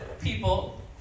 people